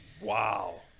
Wow